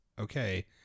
Okay